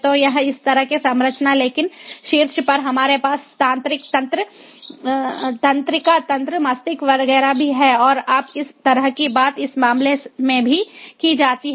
तो उस तरह की संरचना लेकिन शीर्ष पर हमारे पास तंत्रिका तंत्र मस्तिष्क वगैरह भी है और आप इस तरह की बात इस मामले में भी की जाती है